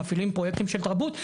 מפעילים פרויקטים של תרבות,